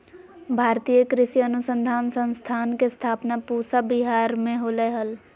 भारतीय कृषि अनुसंधान संस्थान के स्थापना पूसा विहार मे होलय हल